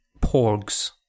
porgs